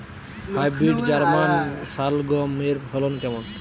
Hybrid German শালগম এর ফলন কেমন?